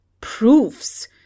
Proofs